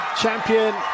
champion